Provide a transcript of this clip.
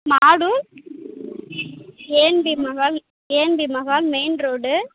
Madur Enthi Mahal Enthi Mahal main road